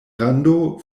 rando